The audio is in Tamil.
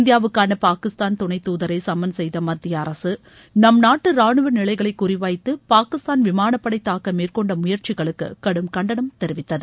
இந்தியாவுக்கான பாகிஸ்தான் துணை தூதரை சும்மன் செய்த மத்திய அரசு நம் நாட்டு நிலைகளை குறிவைத்து பாகிஸ்தான் விமானப் படை தாக்க மேற்கொண்ட ராணுவ முயற்சிகளுக்கு கடும் கண்டனம் தெரிவித்தது